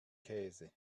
käse